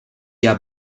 jahr